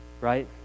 Right